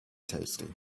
tasty